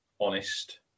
honest